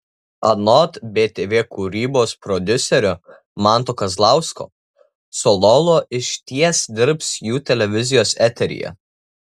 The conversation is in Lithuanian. anot btv kūrybos prodiuserio manto kazlausko cololo išties dirbs jų televizijos eteryje